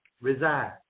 reside